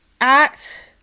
Act